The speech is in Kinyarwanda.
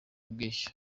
ubwishyu